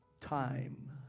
time